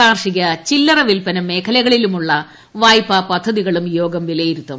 കാർഷിക ചില്ലറ പിൽപ്പിന് മേഖലകളിലുമുള്ള വായ്പാ പദ്ധതികളും യോഗം വിലയിരുത്തും